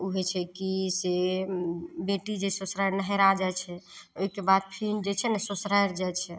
ओ होइ छै कि से बेटी जे ससुरारि नहिरा जाइ छै ओहिके बाद फेर जे छै ने ससुरारि जाइ छै